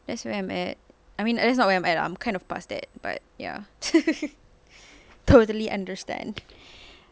that's where I'm at I mean that's not where I'm at I'm kind of past that but ya totally understand